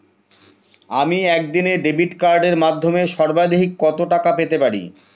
আমি একদিনে ডেবিট কার্ডের মাধ্যমে সর্বাধিক কত টাকা পেতে পারি?